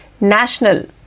National